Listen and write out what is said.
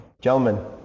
Gentlemen